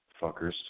Fuckers